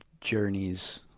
journeys